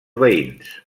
veïns